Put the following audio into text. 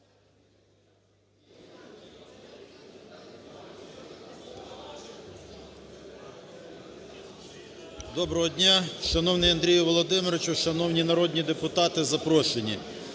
Доброго дня, шановний Андрію Володимировичу, шановні народні депутати, запрошені.